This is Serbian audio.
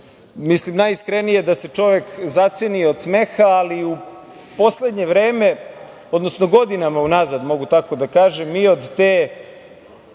Mislim najiskrenije, da se čovek zaceni od smeha, ali u poslednje vreme, odnosno godinama unazad, mogu tako da kažem, mi od te